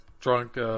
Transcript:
drunk